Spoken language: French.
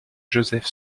josef